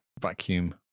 vacuum